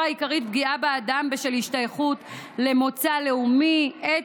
העיקרית פגיעה באדם בשל השתייכות למוצא לאומי-אתני,